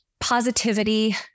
positivity